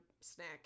snack